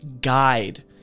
guide